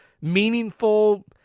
meaningful